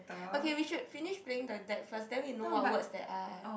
okay we should finish playing the deck first then we know what words there are